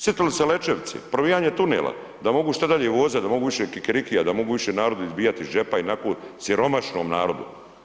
Sjetili se Lećevice, probijanje tunela da mogu što dalje vozati da mogu više kikirikija da mogu više narodu izbijati iz džepa i onako siromašnom narodu.